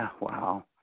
Wow